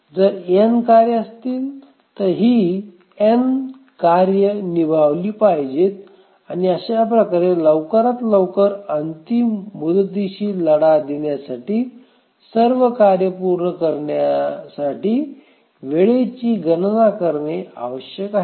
जर n कार्ये असतील तर ही n कार्ये निभावली पाहिजेत आणि अशा प्रकारे लवकरात लवकर अंतिम मुदतीशी लढा देण्यासाठी सर्व कार्ये पूर्ण करण्यासाठी वेळेची गणना करणे आवश्यक आहे